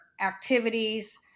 activities